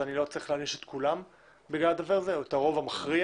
אני לא צריך להעניש את כולם בגלל זה או את הרוב המכריע.